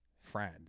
friend